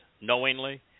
knowingly